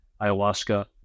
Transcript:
ayahuasca